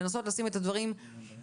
לנסות לשים את הדברים ביעדים,